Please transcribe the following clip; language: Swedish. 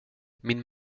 min